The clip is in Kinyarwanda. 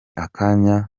akanya